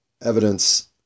Evidence